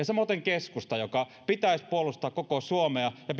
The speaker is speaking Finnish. samoiten keskusta jonka pitäisi puolustaa koko suomea ja